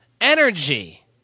energy